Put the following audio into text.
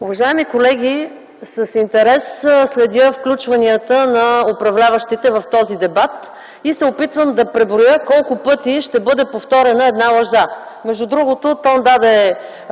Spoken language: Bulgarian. Уважаеми колеги, с интерес следя включванията на управляващите в този дебат и се опитвам да преброя колко пъти ще бъде повторена една лъжа. Между другото тон даде